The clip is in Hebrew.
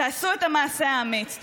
תעשו את המעשה האמיץ.